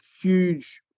huge